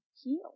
heal